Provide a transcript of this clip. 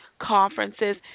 conferences